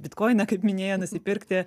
bitkoine kaip minėjo nusipirkti